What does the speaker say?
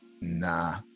Nah